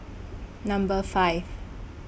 Number five